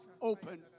open